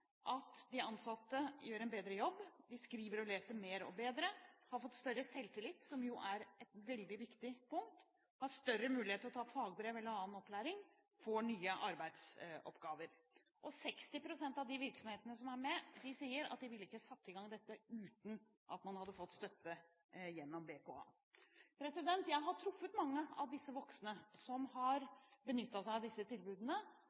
at de ansatte gjør en bedre jobb skriver og leser mer og bedre har fått større selvtillit, som jo er et veldig viktig punkt har større mulighet til å ta fagbrev eller annen opplæring får nye arbeidsoppgaver 60 pst. av de virksomhetene som er med, sier at de ville ikke ha satt i gang dette uten at man hadde fått støtte gjennom BKA. Jeg har truffet mange av de voksne som har benyttet seg av disse tilbudene,